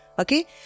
Okay